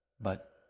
But